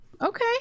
Okay